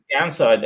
downside